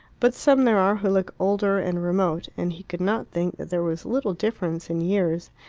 but some there are who look older, and remote, and he could not think that there was little difference in years,